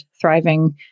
thriving